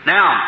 Now